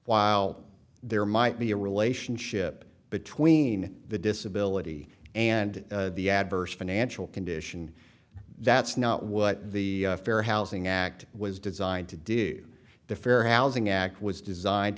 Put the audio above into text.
while there might be a relationship between the disability and the adverse financial condition that's not what the fair housing act was designed to do the fair housing act was designed